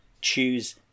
choose